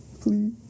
Please